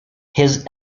his